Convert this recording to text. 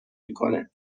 میکنه